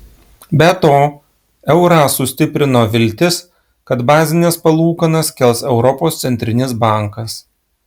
be to eurą sustiprino viltis kad bazines palūkanas kels europos centrinis bankas